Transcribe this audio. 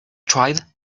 tried